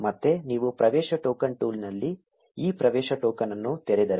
ಮತ್ತೆ ನೀವು ಪ್ರವೇಶ ಟೋಕನ್ ಟೂಲ್ನಲ್ಲಿ ಈ ಪ್ರವೇಶ ಟೋಕನ್ ಅನ್ನು ತೆರೆದರೆ